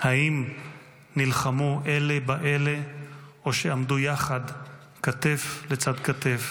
האם נלחמו אלה באלה או שעמדו יחד כתף לצד כתף